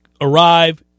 arrive